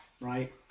right